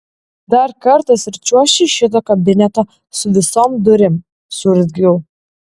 dar kartas ir čiuoši iš šito kabineto su visom durim suurzgiau